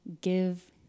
give